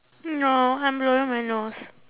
no I'm blowing my nose